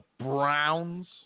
Browns